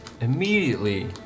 immediately